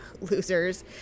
losers